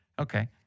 Okay